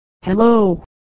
Hello